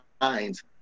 minds